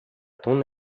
ton